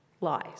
lies